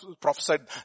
prophesied